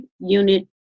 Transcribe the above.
Unit